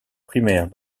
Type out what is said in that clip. primaire